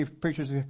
preachers